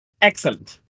Excellent